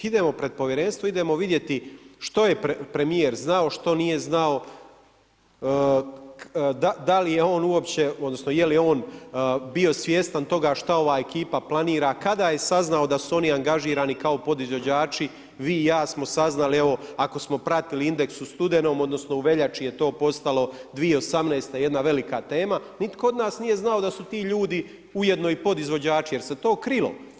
Idemo pred povjerenstvo, idemo vidjeti što je premijer znao, što nije znao, da li je on uopće, je li on bio svjestan toga šta ova ekipa planira, kada je saznao da su oni angažirani kao podizvođači, vi i ja smo saznali evo, ako smo pratili Indeks u studenom, odnosno u veljači je to postalo 2018. jedna velika tema, nitko od nas nije znao da su ti ljudi ujedno i podizvođači, jer se to krilo.